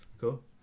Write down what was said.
Cool